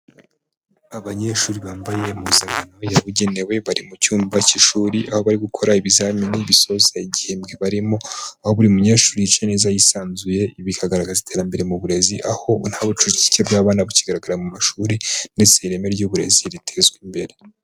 Abanyeshuri bambaye impuzankano yabugenewe bari mu cyumba cy'ishuri, aho bari gukora ibizamini bisoza igihembwe barimo, aho buri munyeshuri yicaye neza yisanzuye bikagaragaza iterambere mu burezi, aho nta bucucike bw'abana bukigaragara mu mashuri ndetse ireme ry'uburezi ritezwa imbere.